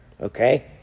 okay